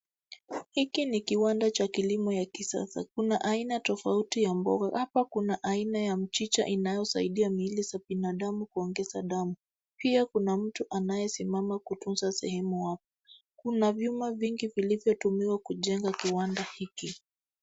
Hiki ni kiwanda cha kilimo ya kisasa. Kuna aina tofauti ya mboga. Hapa kuna aina ya mchicha inaosaidia miili ya binadamu kuongeza damu. Pia kuna mtu anayesimama kutunza sehemu hapo. Kuna vyuma vingi vilivyotumiwa kujenga kiwanda hiki.